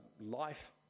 life